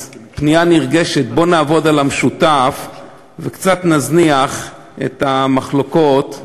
אז פנייה נרגשת: בואו נעבוד על המשותף וקצת נזניח את המחלוקות,